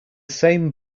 same